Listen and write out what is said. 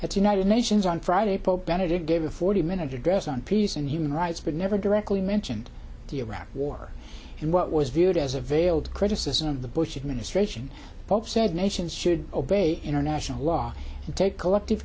at united nations on friday pope benedict gave a forty minute address on peace and human rights but never directly mentioned the iraq war in what was viewed as a veiled criticism of the bush administration pope said nations should obey international law and take collective